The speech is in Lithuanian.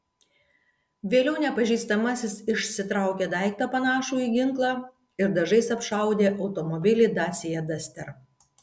vėliau nepažįstamasis išsitraukė daiktą panašų į ginklą ir dažais apšaudė automobilį dacia duster